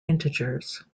integers